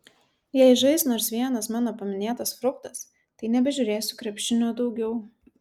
jei žais nors vienas mano paminėtas fruktas tai nebežiūrėsiu krepšinio daugiau